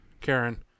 Karen